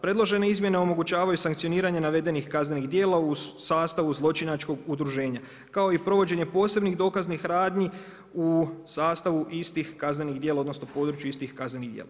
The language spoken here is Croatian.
Predložene izmjene omogućavaju sankcioniranje navedenih kaznenih djela u sastavu zločinačkog udruženja kao i provođenje posebnih dokaznih radnji u sastavu istih kaznenih odnosno području istih kaznenih djela.